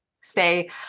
stay